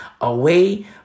away